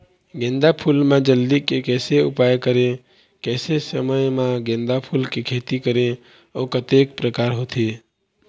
गेंदा फूल मा जल्दी के कैसे उपाय करें कैसे समय मा गेंदा फूल के खेती करें अउ कतेक प्रकार होथे?